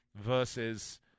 versus